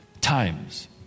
times